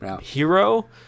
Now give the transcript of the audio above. Hero